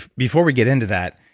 before we get into that,